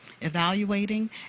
evaluating